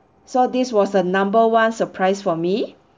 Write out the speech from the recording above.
so this was the number one surprise for me